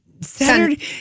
Saturday